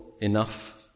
enough